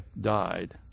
died